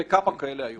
וכמה כאלה היו?